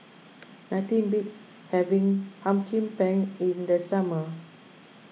nothing beats having Hum Chim Peng in the summer